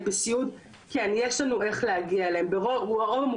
ברוב המוחלט של המקרים יש לנו איך ליצור איתם